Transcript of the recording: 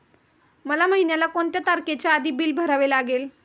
मला महिन्याचा कोणत्या तारखेच्या आधी बिल भरावे लागेल?